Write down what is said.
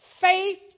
faith